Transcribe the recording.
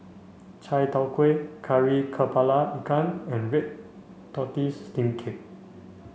Chai Tow Kuay Kari Kepala Ikan and red tortoise steamed cake